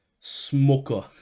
Smoker